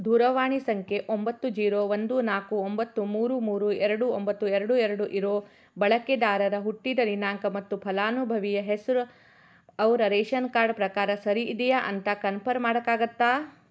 ದೂರವಾಣಿ ಸಂಖ್ಯೆ ಒಂಬತ್ತು ಜೀರೋ ಒಂದು ನಾಲ್ಕು ಒಂಬತ್ತು ಮೂರು ಮೂರು ಎರಡು ಒಂಬತ್ತು ಎರಡು ಎರಡು ಇರೋ ಬಳಕೆದಾರರ ಹುಟ್ಟಿದ ದಿನಾಂಕ ಮತ್ತು ಫಲಾನುಭವಿಯ ಹೆಸರು ಅವರ ರೇಷನ್ ಕಾರ್ಡ್ ಪ್ರಕಾರ ಸರಿಯಿದೆಯಾ ಅಂತ ಕನ್ಫರ್ಮ್ ಮಾಡೋಕ್ಕಾಗತ್ತಾ